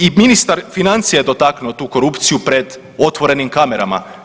I ministar financija je dotaknuo tu korupciju pred otvorenim kamerama.